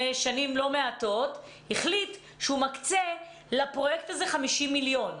שנים לא מעטות החליט שהוא מקצה לפרויקט הזה 50 מיליון.